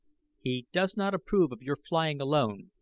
he does not approve of your flying alone,